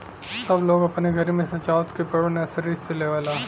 सब लोग अपने घरे मे सजावत के पेड़ नर्सरी से लेवला